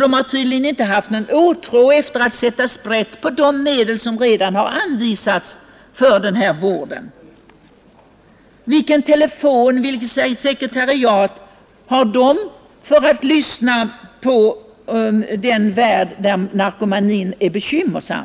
Man har tydligen inte känt någon lust att sätta sprätt ens på de medel, som redan har anvisats för vård. Vilket telefonnummer har SBN, och har man ett sekretariat som lyssnar på människor med narkotikabekymmer?